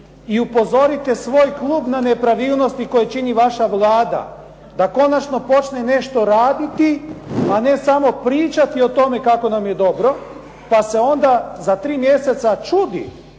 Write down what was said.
i upozorite svoj klub na nepravilnosti koje čini vaša Vlada, da konačno počne nešto raditi, a ne samo pričati o tome kako nam je dobro, pa se onda za tri mjeseca čudi